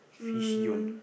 fish yawn